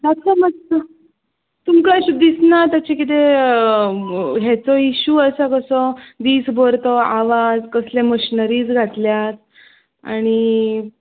मातसो मातसो तुमकां अशें दिसना तशें कितें हाचो इशू आसा तसो दीसभर तो आवाज कसले मशिनरीज घातलल्यात आनी